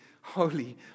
holy